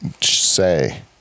say